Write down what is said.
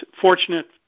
fortunate